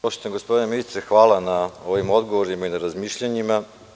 Poštovani gospodine ministre, hvala na ovim odgovorima i na razmišljanjima.